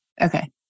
Okay